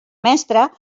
mestre